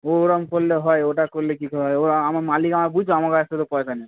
ওরকম করলে হয় ওটা করলে কী হয় ও আমার মালিক আমার বুঝবে আমার কাছ থেকে তো পয়সা নেবে